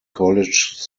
college